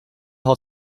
hall